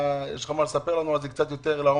האם יש לך מה לספר לנו על זה קצת יותר לעומק?